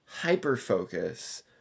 hyperfocus